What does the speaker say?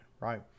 right